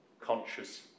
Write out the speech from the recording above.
conscious